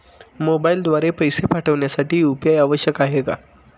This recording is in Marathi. मोबाईलद्वारे पैसे पाठवण्यासाठी यू.पी.आय आवश्यक आहे का?